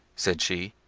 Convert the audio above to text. said she,